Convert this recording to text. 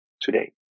today